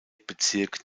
bezirk